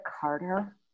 Carter